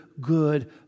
good